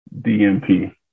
DMP